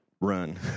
run